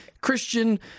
Christian